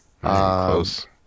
Close